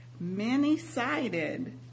many-sided